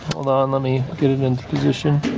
hold on, let me. get it into position.